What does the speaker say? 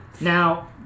Now